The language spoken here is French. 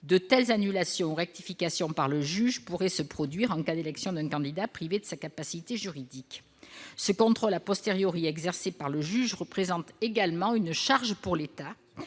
De telles annulations ou rectifications par le juge pourraient se produire en cas d'élection d'un candidat privé de sa capacité juridique. Ce contrôle exercé par le juge représente également une charge pour l'État